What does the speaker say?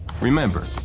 Remember